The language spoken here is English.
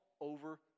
over